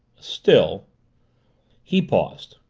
still he paused.